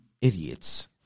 idiots